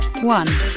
One